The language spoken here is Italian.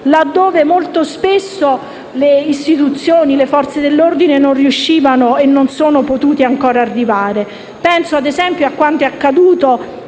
laddove molto spesso le istituzioni e le Forze dell'ordine non riuscivano e non sono ancora potuti arrivare. Penso, ad esempio, a quanto è accaduto